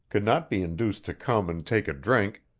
could not be induced to come and take a drink,